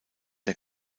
der